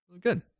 Good